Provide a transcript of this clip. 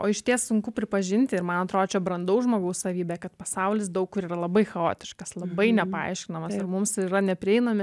o išties sunku pripažinti ir man atrodė čia brandaus žmogaus savybė kad pasaulis daug kur yra labai chaotiškas labai nepaaiškinamas ir mums yra neprieinami